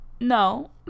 No